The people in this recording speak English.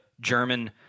German